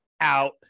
out